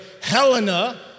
Helena